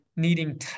needing